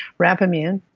rapamune.